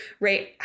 right